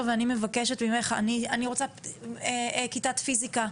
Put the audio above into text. ואני מבקשת ממך "אני רוצה כיתת פיזיקה",